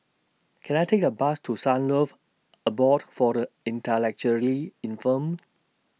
Can I Take A Bus to Sunlove Abode For The Intellectually Infirmed